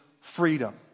freedom